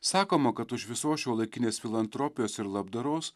sakoma kad už visos šiuolaikinės filantropijos ir labdaros